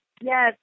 yes